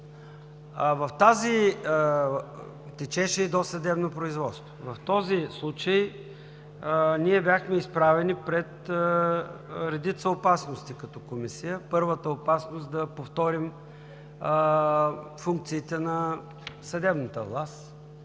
Течеше и досъдебно производство. В този случай ние бяхме изправени пред редица опасности като Комисия. Първата опасност – да повторим функциите на съдебната власт,